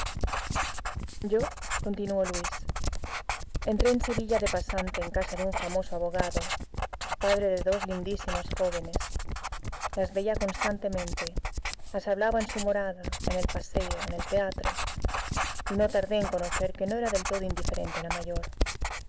yo continuó luis entré en sevilla de pasante en casa de un famoso abogado padre de dos lindísimas jóvenes las veía constantemente las hablaba en su morada en el paseo en el teatro y no tardé en conocer que no era del todo indiferente a la mayor